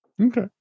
Okay